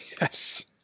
yes